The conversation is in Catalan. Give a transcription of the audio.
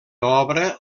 obra